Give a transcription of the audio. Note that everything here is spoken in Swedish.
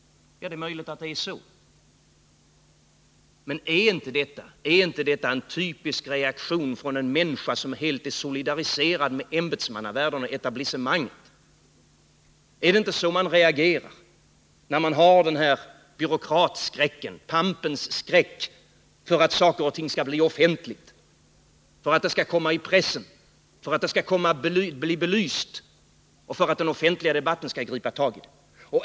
Ja, det är möjligt att det är på det sättet, men är inte detta då en typisk reaktion från en människa som helt solidariserar sig med ämbetsmannavärlden och etablissemanget? Är det inte så man reagerar när man har den här byråkratskräcken, pampens skräck, för att saker och ting skall bli offentliga, för att de skall komma i pressen, för att de skall bli belysta och för att den offentliga debatten skall gripa tag i dem?